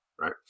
right